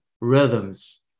rhythms